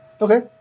Okay